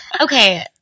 Okay